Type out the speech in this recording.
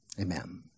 Amen